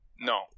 No